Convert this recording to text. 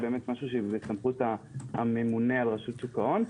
זה משהו שבסמכות הממונה על רשות שוק ההון.